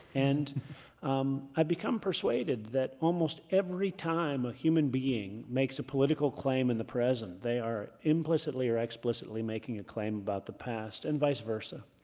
and um i've become persuaded that almost every time a human being makes a political claim in the present, they are implicitly or explicitly making a claim about the past, and vice versa.